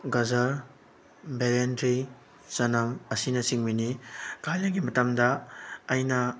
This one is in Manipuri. ꯒꯖꯔ ꯕꯦꯂꯦꯟꯗ꯭ꯔꯤ ꯆꯅꯝ ꯑꯁꯤꯅꯆꯤꯡꯕꯅꯤ ꯀꯥꯂꯦꯟꯒꯤ ꯃꯇꯝꯗ ꯑꯩꯅ